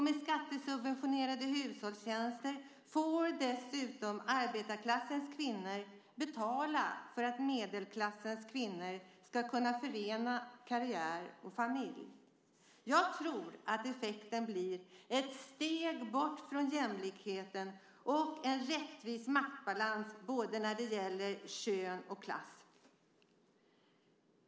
Med skattesubventionerade hushållstjänster får dessutom arbetarklassens kvinnor betala för att medelklassens kvinnor ska kunna förena karriär och familj. Jag tror att effekten blir ett steg bort från jämlikheten och en rättvis maktbalans när det gäller både kön och klass.